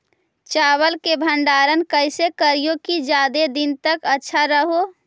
चावल के भंडारण कैसे करिये की ज्यादा दीन तक अच्छा रहै?